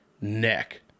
neck